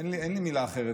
אין לי מילה אחרת.